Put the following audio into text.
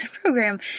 program